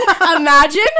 Imagine